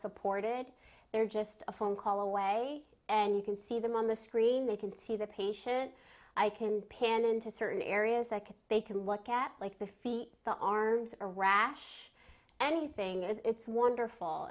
supported they're just a phone call away and you can see them on the screen they can see the patient i can pin into certain areas that they can look at like the feet the are a rash anything it's wonderful